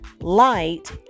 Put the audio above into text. light